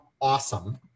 awesome